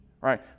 Right